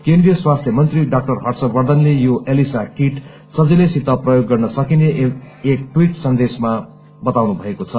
केन्द्रीय स्वास्थ्य मन्त्री डा हर्षवर्छनले यो एलिसा कीट सजिलै सित प्रयोग गर्न सकिने एक ट्वीट सन्देशमा बताउनु भएको छ